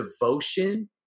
devotion